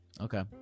Okay